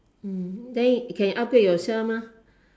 mm then can update yourself mah